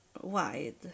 wide